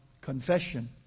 confession